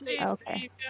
Okay